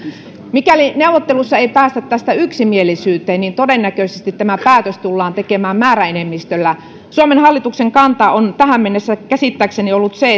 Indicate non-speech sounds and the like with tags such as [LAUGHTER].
mikäli neuvotteluissa ei päästä tästä yksimielisyyteen niin todennäköisesti tämä päätös tullaan tekemään määräenemmistöllä suomen hallituksen kanta on tähän mennessä käsittääkseni ollut se [UNINTELLIGIBLE]